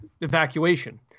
evacuation